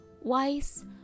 wise